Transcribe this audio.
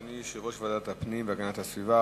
אדוני יושב-ראש ועדת הפנים והגנת הסביבה.